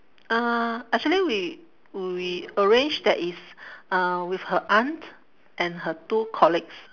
uh actually we we arrange that is uh with her aunt and her two colleagues